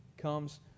comes